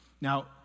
Now